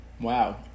Wow